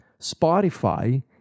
Spotify